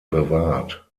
bewahrt